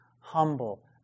humble